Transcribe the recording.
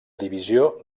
divisió